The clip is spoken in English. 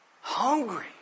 hungry